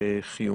חיונית.